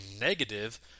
negative